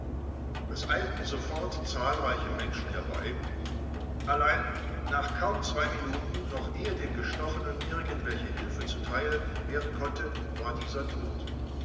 es eilten sofort zahlreiche menschen herbei allein nach kaum zwei minuten noch ehe dem gestochenen irgendwelche hilfe zuteil werden konnte war dieser tot